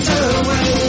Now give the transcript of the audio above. away